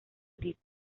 disco